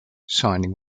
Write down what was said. signing